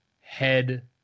head